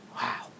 Wow